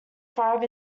thrive